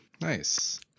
nice